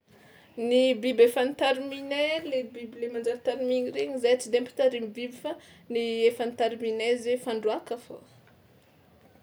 Ny biby efa notariminay le biby le manjary tarimigna regny zahay tsy de mpitarimy biby fa ny efa notariminay zay fandroàka fao.